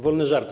Wolne żarty.